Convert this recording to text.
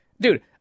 dude